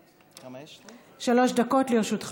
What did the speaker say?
מסעוד גנאים, בבקשה, שלוש דקות לרשותך.